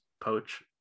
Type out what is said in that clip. poach